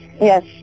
Yes